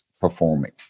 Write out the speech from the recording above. performing